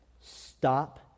Stop